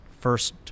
first